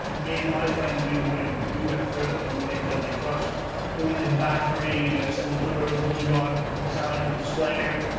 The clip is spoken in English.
me and my friends, we wanted we went further. we wanted celtic frost we wanted bathory sepultura, voivod, metallica and slayer,